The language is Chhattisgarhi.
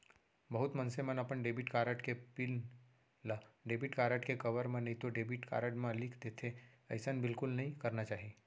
बहुत मनसे मन अपन डेबिट कारड के पिन ल डेबिट कारड के कवर म नइतो डेबिट कारड म लिख देथे, अइसन बिल्कुल नइ करना चाही